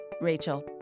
Rachel